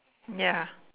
ya